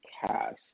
cast